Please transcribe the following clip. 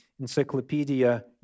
Encyclopedia